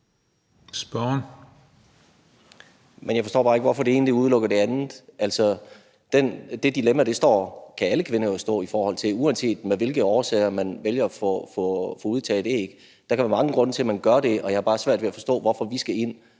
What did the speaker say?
(EL): Men jeg forstår bare ikke, hvorfor det ene udelukker det andet. Altså, det dilemma kan alle kvinder jo stå i, uanset af hvilke årsager man vælger at få udtaget æg. Der kan være mange grunde til, at man gør det, og jeg har bare svært ved at forstå, hvorfor vi skal ind